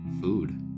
food